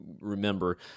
remember